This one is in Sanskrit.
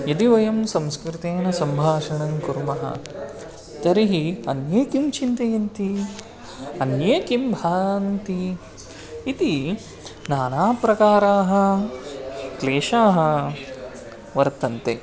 यदि वयं संस्कृतेन सम्भाषणं कुर्मः तर्हि अन्ये किं चिन्तयन्ति अन्ये किं भान्ति इति नानाप्रकाराः क्लेशाः वर्तन्ते